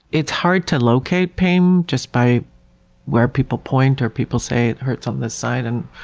it's hard to locate pain just by where people point or people say, it hurts on this side. and